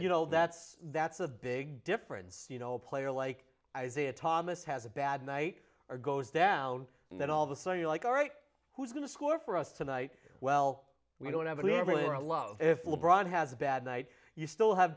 you know that's that's a big difference you know a player like isaiah thomas has a bad night or goes down and then all of a sudden you're like all right who's going to score for us tonight well we don't have a clue or a lot if le bron has a bad night you still have